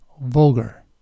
vulgar